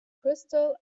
crystal